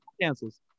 cancels